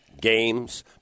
games